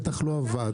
בטח לא הוועדה